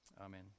Amen